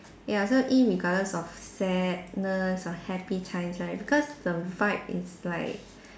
ya so irregardless of sadness or happy times right because the vibe is like